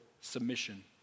submission